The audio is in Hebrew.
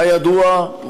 כידוע,